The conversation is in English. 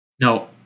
No